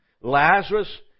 Lazarus